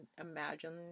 imagine